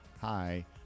hi